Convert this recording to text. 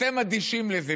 אתם אדישים לזה.